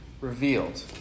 revealed